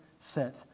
set